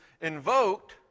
invoked